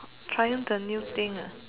trying the new thing ah